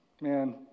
man